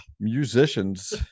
musicians